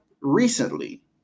recently